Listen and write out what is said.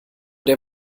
der